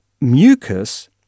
mucus